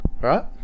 right